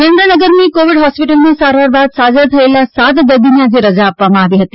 સુરેન્દ્રનગરની Covid હોસ્પિટલમાં સારવાર બાદ સાજા થયેલા સાત દર્દીને આજે રજા આપવામાં આવી હતી